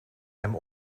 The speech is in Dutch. hem